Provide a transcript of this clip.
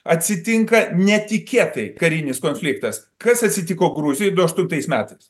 atsitinka netikėtai karinis konfliktas kas atsitiko gruzijai du aštuntais metais